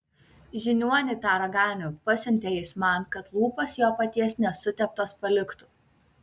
žiniuonį tą raganių pasiuntė jis man kad lūpos jo paties nesuteptos paliktų